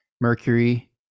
Mercury